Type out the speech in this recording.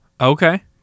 Okay